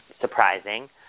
Surprising